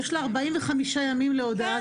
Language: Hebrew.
יש לה 45 ימים להודעה.